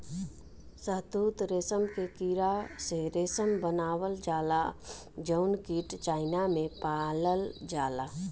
शहतूत रेशम के कीड़ा से रेशम बनावल जाला जउन कीट चाइना में पालल जाला